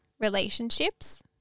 relationships